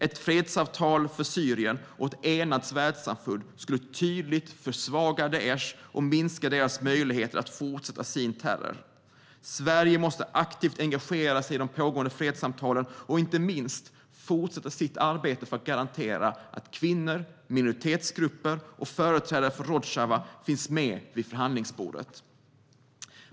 Ett fredsavtal för Syrien och ett enat världssamfund skulle tydligt försvaga Daish och minska dess möjligheter att fortsätta sin terror. Sverige måste aktivt engagera sig i de pågående fredssamtalen och inte minst fortsätta sitt arbete för att garantera att kvinnor, minoritetsgrupper och företrädare för Rojava finns med vid förhandlingsbordet.